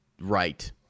right